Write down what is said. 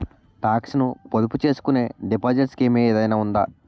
Talks ను పొదుపు చేసుకునే డిపాజిట్ స్కీం ఏదైనా ఉందా?